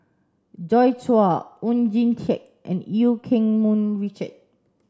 Joi Chua Oon Jin Teik and Eu Keng Mun Richard